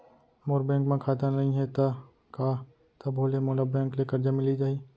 मोर bank म खाता नई हे त का तभो ले मोला बैंक ले करजा मिलिस जाही?